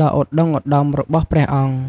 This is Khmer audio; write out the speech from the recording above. ដ៏ឧត្តុង្គឧត្តមរបស់ព្រះអង្គ។